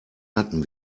hatten